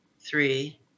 three